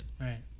Right